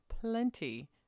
plenty